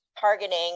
Targeting